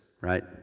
right